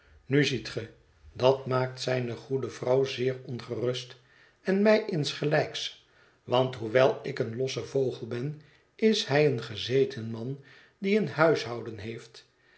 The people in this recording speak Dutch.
nu ziet ge dat maakt zijne goede vrouw zeer ongerust en mij insgelijks want hoewel ik een losse vogel ben is hij een gezeten man die een huishouden heeft